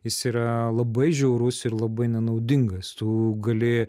jis yra labai žiaurus ir labai nenaudingas tu gali